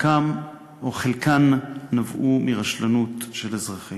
וחלקן נבעו מרשלנות של אזרחים.